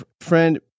friend